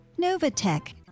Novatech